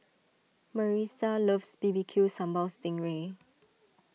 Marisa loves B B Q Sambal Sting Ray